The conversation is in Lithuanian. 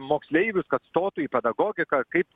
moksleivius kad stotų į pedagogiką kaip